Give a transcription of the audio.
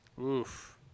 Oof